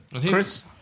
Chris